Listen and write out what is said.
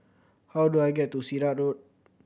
how do I get to Sirat Road